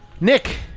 Nick